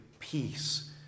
Peace